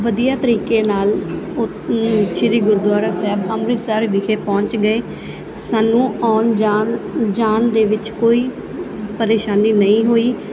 ਵਧੀਆ ਤਰੀਕੇ ਨਾਲ ਸ਼੍ਰੀ ਗੁਰਦੁਆਰਾ ਸਾਹਿਬ ਅੰਮ੍ਰਿਤਸਰ ਵਿਖੇ ਪਹੁੰਚ ਗਏ ਸਾਨੂੰ ਆਉਣ ਜਾਉਣ ਦੇ ਵਿੱਚ ਕੋਈ ਪਰੇਸ਼ਾਨੀ ਨਹੀਂ ਹੋਈ